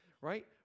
right